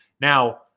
Now